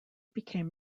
became